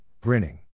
grinning